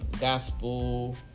gospel